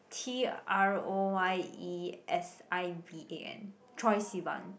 T R O Y E S I V A N Troye Sivan